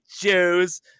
Jews